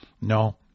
No